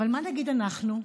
אבל מה נגיד אנחנו,